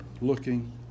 looking